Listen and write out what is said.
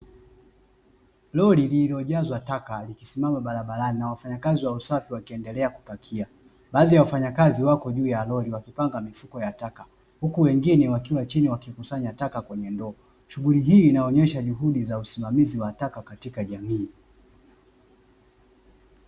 Lori lililojazwa taka likisimama barabarani na wafanya kazi wa usafi wakiendelea kupakia. Baadhi ya wafanya kazi wako juu ya lori wakipanga mifuko ya taka, huku wengine wakiwa chini wakikusanya taka kwenye ndoo. Shughuli hii inaonyesha juhudi za usimamizi wa taka katika jamii.